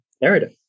narrative